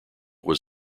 was